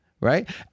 right